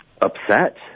upset